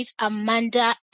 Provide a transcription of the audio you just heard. Amanda